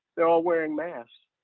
they're all wearing masks.